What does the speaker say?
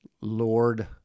Lord